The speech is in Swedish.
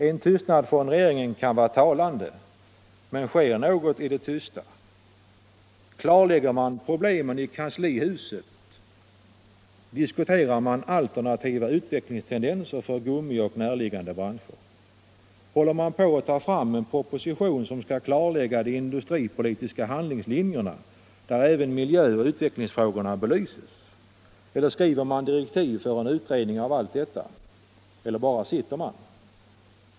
En tystnad från regeringen kan vara talande — men sker något i det tysta? Klarlägger man problemen i kanslihuset? Diskuterar man alternativa utvecklingstendenser för gummiindustrin och närliggande branscher? Håller man på att ta fram en proposition som skall klarlägga de industripolitiska handlingstinjerna där även miljöoch utvecklingsfrågorna belyses? Eller skriver man direktiv för en utredning av allt detta? Eller bara sitter man?